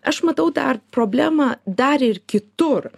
aš matau dar problemą dar ir kitur